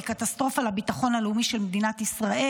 קטסטרופה לביטחון הלאומי של מדינת ישראל.